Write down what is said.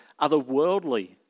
otherworldly